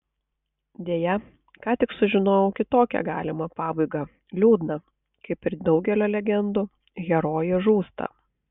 deja ką tik sužinojau kitokią galimą pabaigą liūdną kaip ir daugelio legendų herojė žūsta